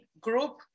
group